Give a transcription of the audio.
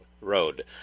Road